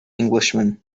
englishman